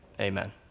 Amen